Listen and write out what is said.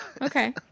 okay